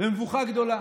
במבוכה גדולה.